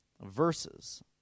verses